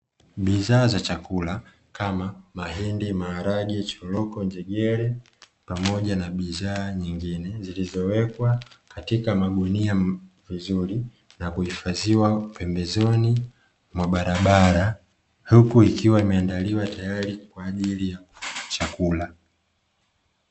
Bidhaa za chakula kama mahindi maharage, choroko, njegere pamoja na bidhaa nyingine zilizowekwa katika magunia vizuri na kuhifadhiwa pembezoni mwa barabara huku ikiwa imeandaliwa tayari kwa ajili ya chakula.